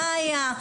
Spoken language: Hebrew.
מה היה,